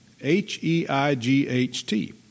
H-E-I-G-H-T